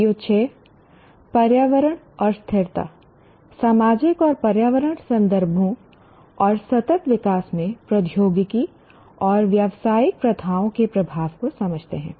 PO6 पर्यावरण और स्थिरता सामाजिक और पर्यावरण संदर्भों और सतत विकास में प्रौद्योगिकी और व्यावसायिक प्रथाओं के प्रभाव को समझते हैं